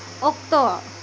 ᱚᱠᱛᱚ